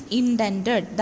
indented